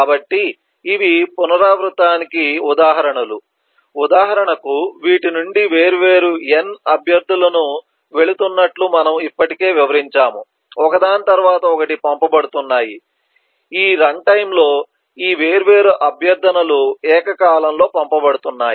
కాబట్టి ఇవి పునరావృతానికి ఉదాహరణలు ఉదాహరణకు వీటి నుండి వేర్వేరు n అభ్యర్థనలు వెళుతున్నట్లు మనము ఇప్పటికే వివరించాము ఒకదాని తరువాత ఒకటి పంపబడుతున్నాయి ఈ రన్టైమ్లో ఈ వేర్వేరు అభ్యర్థనలు ఏకకాలంలో పంపబడుతున్నాయి